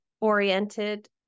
oriented